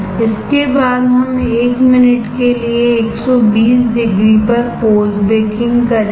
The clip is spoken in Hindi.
इसके बाद हम 1 मिनट के लिए 120 डिग्री पर पोस्ट बेकिंग करेंगे